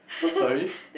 sorry